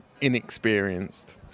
inexperienced